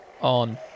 on